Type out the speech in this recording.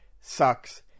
sucks